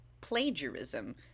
plagiarism